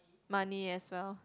money as well